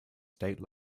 state